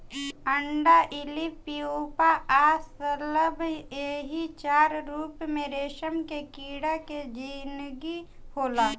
अंडा इल्ली प्यूपा आ शलभ एही चार रूप में रेशम के कीड़ा के जिनगी होला